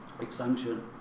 Exemption